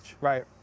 Right